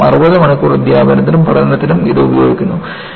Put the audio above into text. ഏകദേശം 60 മണിക്കൂർ അധ്യാപനത്തിനും പഠനത്തിനും ഇത് ഉപയോഗിക്കുന്നു